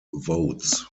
votes